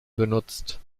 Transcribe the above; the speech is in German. benutzt